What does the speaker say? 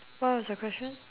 what was your question